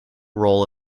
role